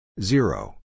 Zero